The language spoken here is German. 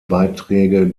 beiträge